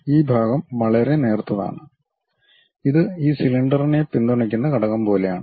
ഈ ഭാഗം വളരെ നേർത്തതാണ് ഇത് ഈ സിലിണ്ടറിനെ പിന്തുണയ്ക്കുന്ന ഘടകം പോലെയാണ്